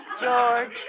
George